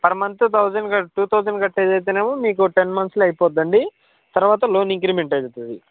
per month two thousand కట్టే two thousand కట్టేదైతేనేమో మీకు టెన్ మంత్స్లో అయిపోద్దండి తర్వాత లోన్ ఇంక్రిమెంట్ అయిపోతుంది